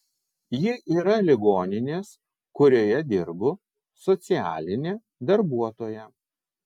ji yra ligoninės kurioje dirbu socialinė darbuotoja